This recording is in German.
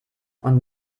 und